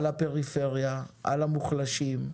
על הפריפריה, על המוחלשים,